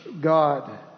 God